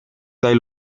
dai